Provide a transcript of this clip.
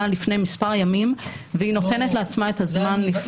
לפני מספר ימים והיא נותנת לעצמה את הזמן לפעול.